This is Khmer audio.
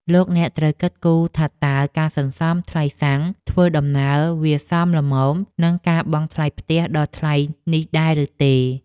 លោកអ្នកត្រូវគិតគូរថាតើការសន្សំថ្លៃសាំងធ្វើដំណើរវាសមល្មមនឹងការបង់ថ្លៃផ្ទះដ៏ថ្លៃនេះដែរឬទេ។